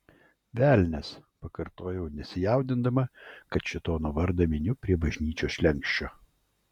velnias pakartojau nesijaudindama kad šėtono vardą miniu prie bažnyčios slenksčio